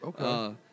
Okay